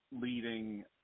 leading